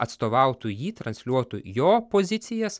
atstovautų jį transliuotų jo pozicijas